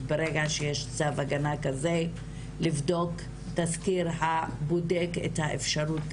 וברגע שיש צו הגנה כזה לבדוק את התזכיר שבודק את האפשרות,